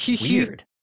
Weird